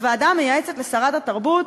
הוועדה המייעצת לשרת התרבות,